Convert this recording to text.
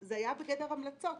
זה היה בגדר המלצות.